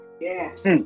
Yes